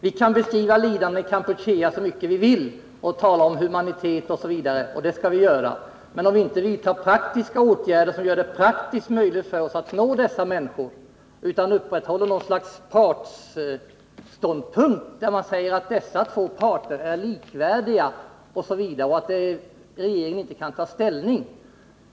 Vi kan beskriva lidandet i Kampuchea hur mycket vi vill och tala om humanitet osv., och det skall vi göra. Men det är nödvändigt att vi vidtar praktiska åtgärder, som gör det praktiskt möjligt för oss att nå dessa människor, och inte upprätthåller något slags partsståndpunkt att dessa två parter är likvärdiga och att regeringen inte kan ta ställning.